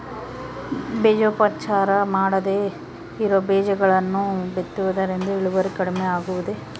ಬೇಜೋಪಚಾರ ಮಾಡದೇ ಇರೋ ಬೇಜಗಳನ್ನು ಬಿತ್ತುವುದರಿಂದ ಇಳುವರಿ ಕಡಿಮೆ ಆಗುವುದೇ?